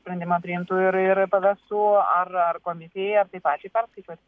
sprendimą priimtų ir ir pavestų ar ar komisijai ar tai pačiai perskaičiuoti